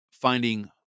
finding